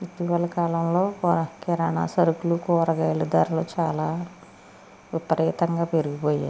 ఇటీవల కాలంలో బా కిరాణా సరుకులు కురగాయలు ధరలు చాలా విపరీతంగా పెరిగిపోయాయి